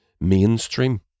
mainstream